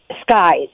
skies